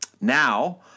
now